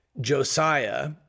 josiah